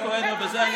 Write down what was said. ואז עוד פעם,